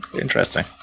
Interesting